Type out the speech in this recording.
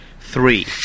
Three